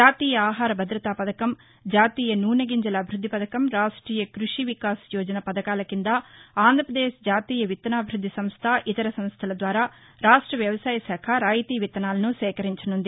జాతీయ ఆహార భద్రతా పథకం జాతీయ నూనె గింజల అభివృద్ది పథకం రాష్టీయ కృషి వికాస యోజన పథకాల కింద ఆంధ్రాపదేశ్ జాతీయ విత్తనాభివృద్ధి సంస్థ ఇతర సంస్థల ద్వారా రాష్ట్ర వ్యవసాయ శాఖ రాయితీ విత్తనాలను సేకరించనున్నది